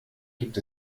gibt